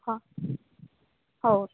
ହଁ ହଉ